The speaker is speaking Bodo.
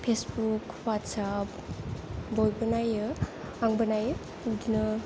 फेसबुक हवाटसेप बयबो नायो आंबो नायो बिदिनो